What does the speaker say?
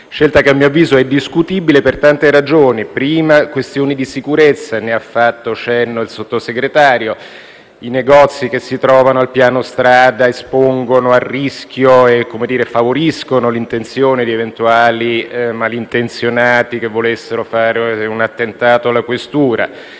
scelta è, a mio avviso, discutibile per tante ragioni: in primo luogo per questioni di sicurezza. Ne ha fatto cenno il Sottosegretario: i negozi che si trovano al piano strada espongono al rischio e favoriscono l'intenzione di eventuali malintenzionati che volessero fare un attentato alla questura.